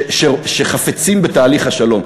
שחפצים בתהליך השלום.